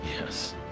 Yes